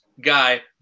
guy